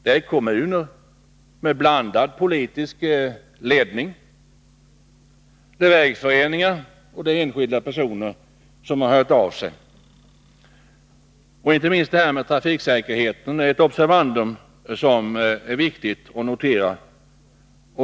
Det är kommuner med olika politisk ledning, vägföreningar och enskilda personer som hört av sig. Inte minst det här med trafiksäkerheten är ett observandum.